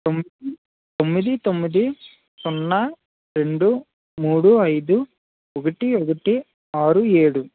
తొమ్మిది తొమ్మిది సున్నా రెండు మూడు ఐదు ఒకటి ఒకటి ఆరు ఏడు